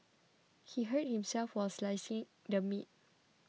he hurt himself while slicing the meat